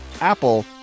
Apple